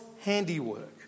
handiwork